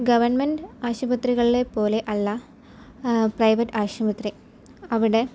government ആശുപത്രികളിലെ പോലെ അല്ല പ്രൈവറ്റ് ആശുപത്രി അവിടെ